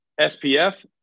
SPF